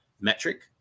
metric